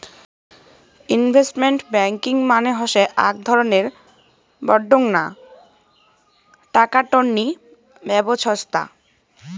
investment banking মানে হসে আক ধরণের বডঙ্না টাকা টননি ব্যবছস্থা